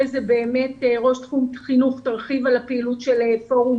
כך באמת ראש תחום חינוך תוכל להרחיב על הפעילות של פורום